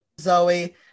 Zoe